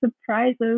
surprises